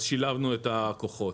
אז שילבנו את הכוחות.